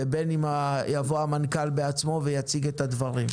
ובין אם יבוא המנכ"ל בעצמו ויציג את הדברים.